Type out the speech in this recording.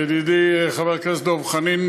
ידידי חבר הכנסת דב חנין,